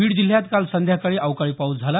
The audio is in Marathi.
बीड जिल्ह्यात काल संध्याकाळी अवकाळी पाऊस झाला